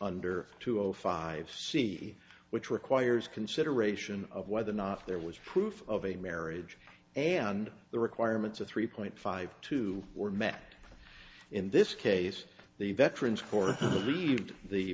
under two o five c which requires consideration of whether or not there was proof of a marriage and the requirements of three point five two were met in this case the veterans